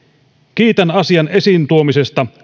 kiitän reijo vuorenmaata asian esiin tuomisesta